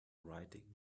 writing